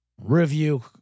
review